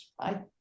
right